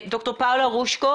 ד"ר פאולה רושקה